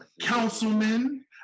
councilman